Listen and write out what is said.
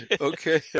Okay